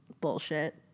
bullshit